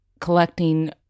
collecting